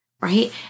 right